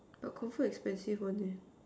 but confirm expensive one leh